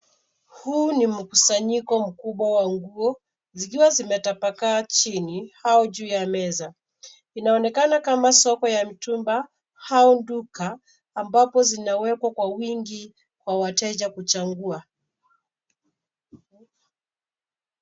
Huu ni mkusanyiko mkubwa wa nguo zikiwa zimetapakaa chini au juu ya meza inaonekana kama soko ya mtumba au Duka ambapo zinawekwa kwa wingi kwa wateja kuchagua